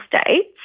states